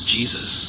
Jesus